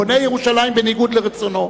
בונה ירושלים בניגוד לרצונו,